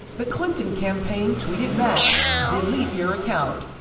the clinton campaign tweeted back, delete your account.